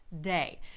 Day